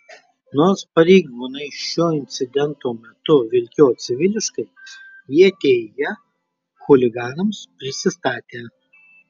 nors pareigūnai šio incidento metu vilkėjo civiliškai jie teigia chuliganams prisistatę